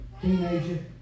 teenager